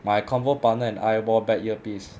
my convo partner and I wore back earpiece